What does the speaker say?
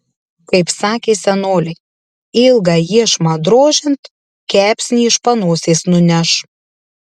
kaip sakė senoliai ilgą iešmą drožiant kepsnį iš panosės nuneš